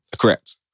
Correct